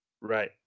Right